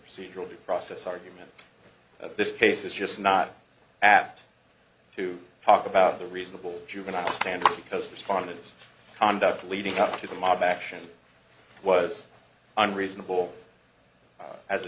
procedural the process argument of this case is just not apt to talk about the reasonable juvenile stand because respondents conduct leading up to the mob action was unreasonable as a